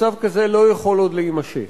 מצב כזה לא יכול עוד להימשך.